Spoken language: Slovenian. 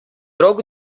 rok